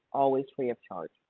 always free of charge.